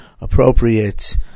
appropriate